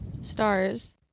stars